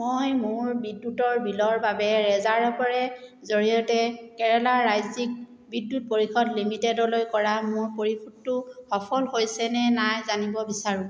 মই মোৰ বিদ্যুতৰ বিলৰ বাবে ৰেজাৰপেৰ জৰিয়তে কেৰেলা ৰাজ্যিক বিদ্যুৎ পৰিষদ লিমিটেডলৈ কৰা মোৰ পৰিশোধটো সফল হৈছে নে নাই জানিব বিচাৰোঁ